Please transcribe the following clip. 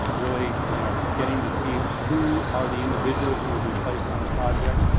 really you know getting to see who are the individuals who will be placed on a project.